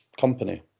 company